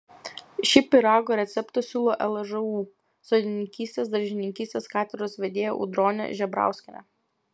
šį pyrago receptą siūlo lžūu sodininkystės daržininkystės katedros vedėja audronė žebrauskienė